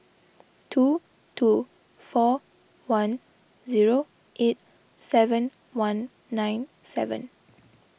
two two four one zero eight seven one nine seven